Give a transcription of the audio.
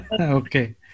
Okay